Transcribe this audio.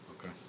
Okay